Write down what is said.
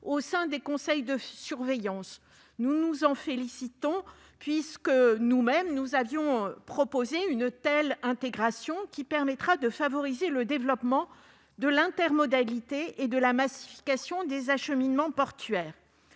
au sein des conseils de surveillance. Nous nous en félicitons, puisque nous avions proposé une telle intégration : elle permettra de favoriser le développement de l'intermodalité et de la massification des acheminements portuaires.